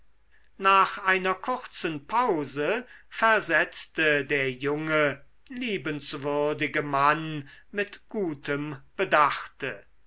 nach einer kurzen pause versetzte der junge liebenswürdige mann mit gutem bedachte